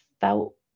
felt